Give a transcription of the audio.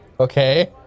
Okay